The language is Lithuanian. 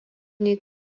kaip